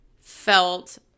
felt